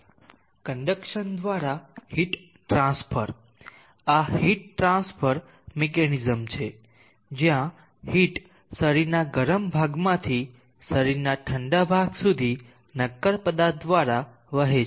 conduction દ્વારા heat transfer આ heat transfer mechanism છે જ્યાં હીટ શરીરના ગરમ ભાગમાંથી શરીરના ઠંડા ભાગ સુધી નક્કર પદાર્થ દ્વારા વહે છે